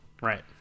right